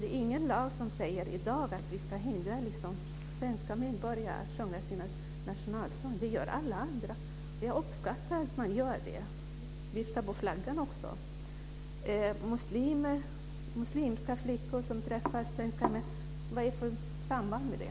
Det finns ingen lag som säger att vi ska hindra svenska medborgare att sjunga sin nationalsång. Det gör alla andra. Jag uppskattar att man gör det. Vifta med flaggan också! Muslimska flickor som träffar svenskar, var finns sambandet?